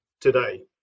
today